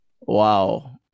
wow